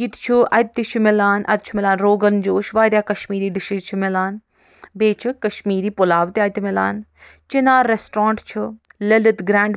یہِ تہِ چھُ اَتہِ تہِ چھُ مِلان اَتہِ چھُ مِلان روغن جوش واریاہ کشمیری ڈِشِز چھِ مِلان بیٚیہِ چھُ کشمیٖری پُلاو تہِ اَتہِ مَلان چنار رٮ۪سٹرٛانٛٹ چھُ لٔلِت گرٛینٛڈ